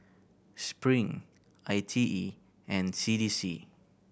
Spring I T E and C D C